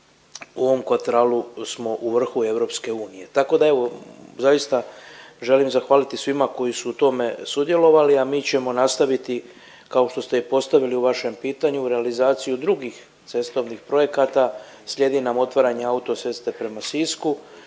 u ovom kvartalu smo u vrhu EU. Tako da evo zaista želim zahvaliti svima koji su u tome sudjelovali, a mi ćemo nastaviti kao što ste i postavili u vašem pitanju realizaciju drugih cestovnih projekata. Slijedi nam otvaranje autoceste prema Sisku